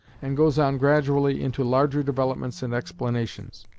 and goes on gradually into larger developments and explanations.